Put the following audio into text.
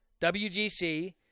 WGC